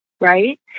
right